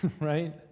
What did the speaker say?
right